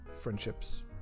friendships